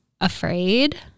afraid